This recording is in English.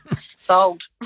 sold